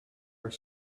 are